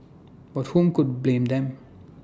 but whom could blame them